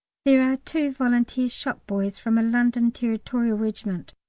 there are two volunteer shop-boys from a london territorial regiment,